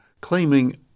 claiming